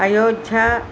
Ayodhya